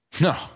No